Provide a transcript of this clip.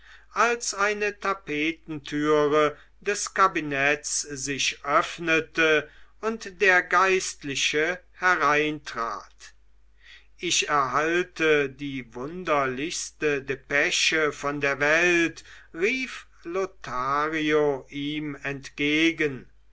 als eine tapetentüre des kabinetts sich öffnete und der geistliche hereintrat ich erhalte die wunderlichste depesche von der welt rief lothario ihm entgegen